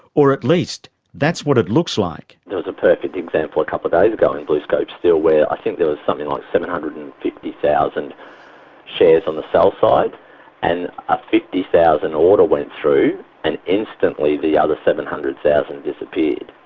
or at least that's what it looks like. there was a perfect example a couple of days ago in bluescope steel, where i think there was something like seven hundred and fifty thousand shares on the sell side and a fifty thousand order went through and instantly the other seven hundred thousand disappeared.